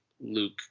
luke